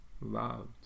loved